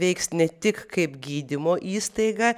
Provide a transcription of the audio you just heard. veiks ne tik kaip gydymo įstaiga